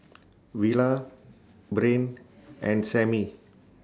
Villa Brain and Samie